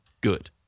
good